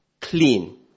clean